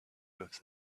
with